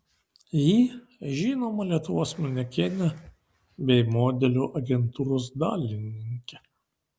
ji žinoma lietuvos manekenė bei modelių agentūros dalininkė